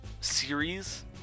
series